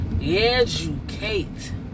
Educate